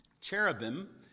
Cherubim